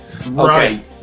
Right